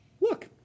look